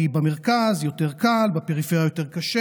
כי במרכז יותר קל ובפריפריה יותר קשה,